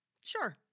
Sure